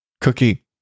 cookie